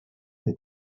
est